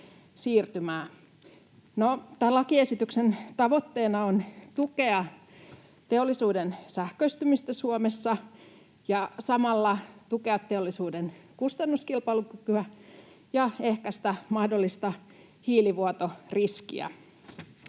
siirtymää. No, tämän lakiesityksen tavoitteena on tukea teollisuuden sähköistymistä Suomessa ja samalla tukea teollisuuden kustannuskilpailukykyä ja ehkä sitä mahdollista hiilivuotoriskiä.